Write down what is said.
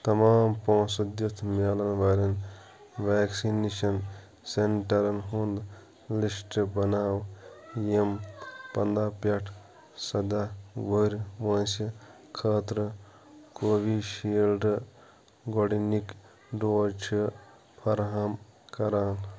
ِتمام پونٛسہٕ دِتھ میلن وٲلٮ۪ن ویکسِنیشن سینٹرن ہُنٛد لسٹ بناو یِم پَنداہ پٮ۪ٹھ سَداہ وُہُر وٲنٛسہِ خٲطرٕ کووِشیٖلڈ گۄڈنِکۍ ڈوز چھِ فراہَم کران